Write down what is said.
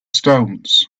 stones